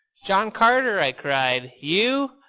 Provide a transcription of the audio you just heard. john carter! i cried. you?